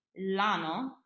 Lano